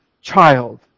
child